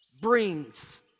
brings